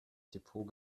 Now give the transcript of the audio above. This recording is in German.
depot